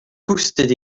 koustet